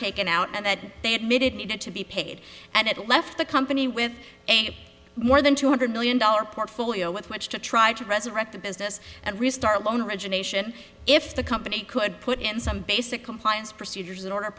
taken out and that they admitted needed to be paid and it left the company with more than two hundred million dollar portfolio with which to try to resurrect the business and restart loan origination if the company could put in some basic compliance procedures in order to